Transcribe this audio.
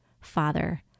father